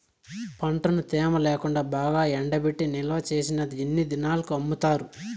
పంటను తేమ లేకుండా బాగా ఎండబెట్టి నిల్వచేసిన ఎన్ని దినాలకు అమ్ముతారు?